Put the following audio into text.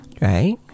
Right